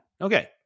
Okay